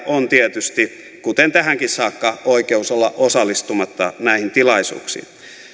on tietysti kuten tähänkin saakka oikeus olla osallistumatta näihin tilaisuuksiin